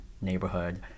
neighborhood